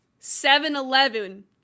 7-Eleven